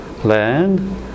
land